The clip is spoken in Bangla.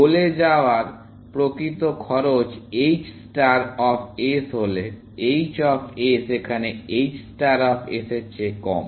গোলে যাওয়ার প্রকৃত খরচ h ষ্টার অফ s হলে h অফ s এখানে h ষ্টার অফ s এর চেয়ে কম